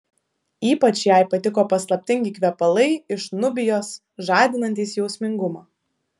ypač jai patiko paslaptingi kvepalai iš nubijos žadinantys jausmingumą